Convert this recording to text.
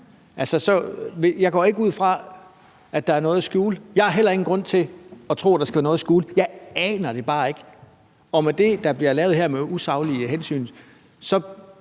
jeg går ikke ud fra, at der er noget at skjule. Jeg har heller ingen grund til at tro, at der skulle være noget at skjule. Jeg aner det bare ikke. Og med det, der bliver lavet her med »usaglige hensyn«, er